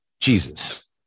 Jesus